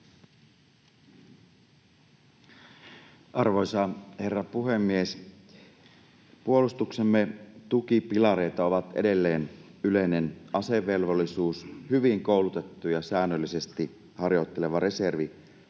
Arvoisa herra puhemies! Puolustuksemme tukipilareita ovat edelleen yleinen asevelvollisuus, hyvin koulutettu ja säännöllisesti harjoitteleva reservi,